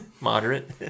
Moderate